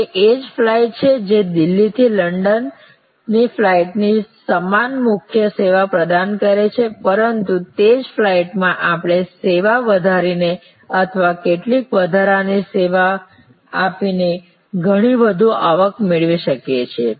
તે એ જ ફ્લાઇટ છે જે દિલ્હીથી લંડનની ફ્લાઇટની સમાન મુખ્ય સેવા પ્રદાન કરે છે પરંતુ તે જ ફ્લાઇટમાં આપણે સેવા વધારીને અથવા કેટલીક વધારાની સેવા આપીને ઘણી વધુ આવક મેળવી શકીએ છીએ